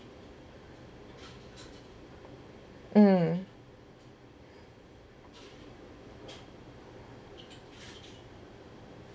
mm